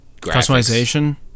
customization